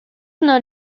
not